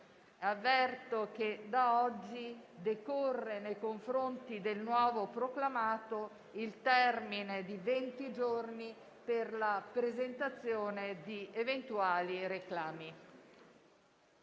Avverto che da oggi decorre, nei confronti della nuova proclamata, il termine di venti giorni per la presentazione di eventuali reclami.